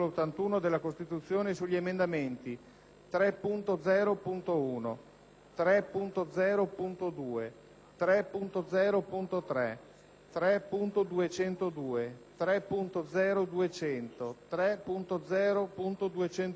3.0.1, 3.0.2, 3.0.3, 3.202, 3.0.200, 3.0.201, 4.0.2,